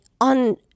on